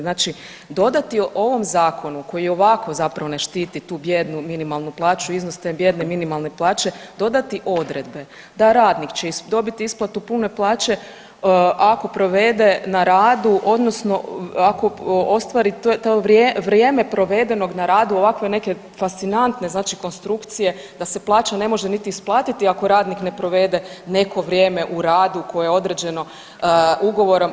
Znači dodati ovom zakonu koji i ovako zapravo ne štiti tu bijednu minimalnu plaću, iznos te bijedne minimalne plaće, dodati odredbe da radnik će dobiti isplatu pune plaće ako provede na radu odnosno ako ostvari to vrijeme provedenog na radu, ovakve neke fascinantne znači konstrukcije da plaća ne može niti isplatiti ako radnik ne provede neko vrijeme u radu koje je određeno ugovorom.